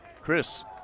Chris